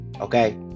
okay